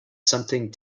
something